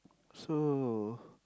so